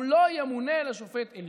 הוא לא ימונה לשופט עליון.